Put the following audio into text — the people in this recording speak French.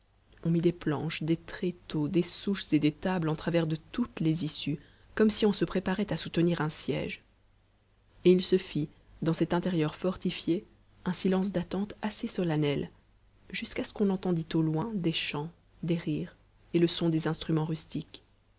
on mit des planches des tréteaux des souches et des tables en travers de toutes les issues comme si on se préparait à soutenir un siège et il se fit dans cet intérieur fortifié un silence d'attente assez solennel jusqu'à ce qu'on entendît au loin des chants des rires et le son des instruments rustiques